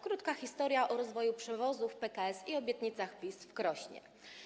Krótka historia o rozwoju przewozów PKS i obietnicach PiS w Krośnie.